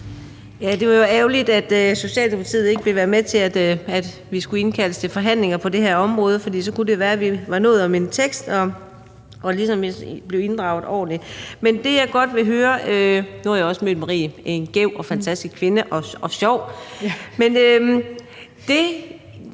Det var jo ærgerligt, at Socialdemokratiet ikke ville være med til, at vi skulle indkaldes til forhandlinger på det her område, for så kunne det være, at vi var nået til en tekst, og vi ligesom blev inddraget ordentligt. Nu har jeg også mødt Marie, en gæv og fantastisk kvinde, som også er sjov, men det,